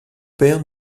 père